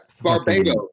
Barbados